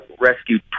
rescued